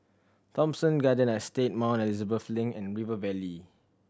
Thomson Garden Estate Mount Elizabeth Link and River Valley